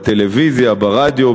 בטלוויזיה, ברדיו.